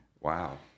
Wow